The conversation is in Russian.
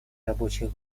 рабочих